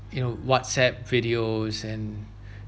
you know whatsapp videos and